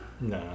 Nah